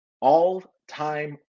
all-time